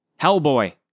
Hellboy